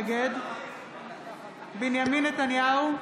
נגד בנימין נתניהו,